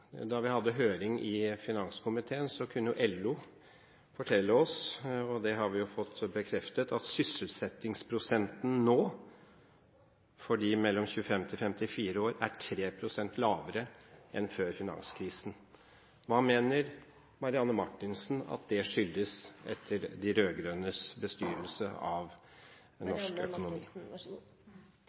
Da vi hadde høring i finanskomiteen, kunne LO fortelle oss – og det har vi jo fått bekreftet – at sysselsettingen nå for dem mellom 25 og 54 år er 3 pst. lavere enn før finanskrisen. Hva mener Marianne Marthinsen at det skyldes etter de rød-grønnes bestyrelse av norsk økonomi?